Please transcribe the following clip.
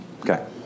Okay